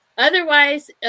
Otherwise